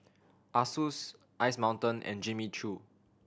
Asus Ice Mountain and Jimmy Choo